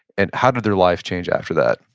and how did their lives change after that?